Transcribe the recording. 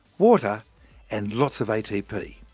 water and lots of atp.